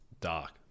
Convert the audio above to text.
dark